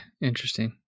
Interesting